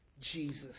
Jesus